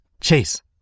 chase